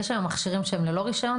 יש היום מכשירי דה וינצ'י שהם ללא רישיון?